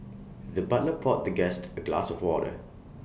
the butler poured the guest A glass of water